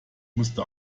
musste